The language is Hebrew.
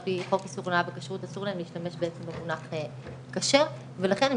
על פי חוק איסור הונאה בכשרות אסור להם להשתמש במונח כשר ולכן הם